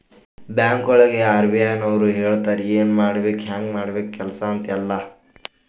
ಬ್ಯಾಂಕ್ಗೊಳಿಗ್ ಆರ್.ಬಿ.ಐ ನವ್ರು ಹೇಳ್ತಾರ ಎನ್ ಮಾಡ್ಬೇಕು ಹ್ಯಾಂಗ್ ಮಾಡ್ಬೇಕು ಕೆಲ್ಸಾ ಅಂತ್ ಎಲ್ಲಾ